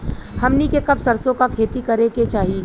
हमनी के कब सरसो क खेती करे के चाही?